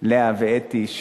ולאה ואתי,